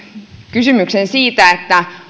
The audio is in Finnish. kysymyksen siitä